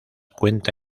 cuenta